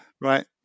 right